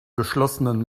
geschlossenen